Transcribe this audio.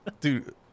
dude